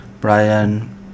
Brian